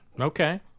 Okay